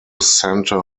centre